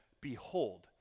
behold